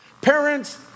Parents